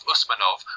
Usmanov